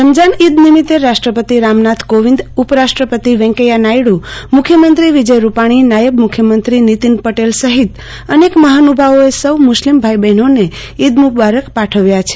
રમજાન ઈદ નિમિત્તે રાષ્ટ્રપતિ રામનાથ કોવિંદ ઉપરાષ્ટ્રપતિ વેકેયા નાયડુ મુખ્યમંત્રી વિજય રૂપાણી નાયબ મુખ્યમંત્રી નીતીન પટેલ સહિત અનેક મહાનુભાવોએ સૌ મુસ્લીમ ભાઈઓ બહેનોને ઈદ મુબારક પાઠવ્યા છે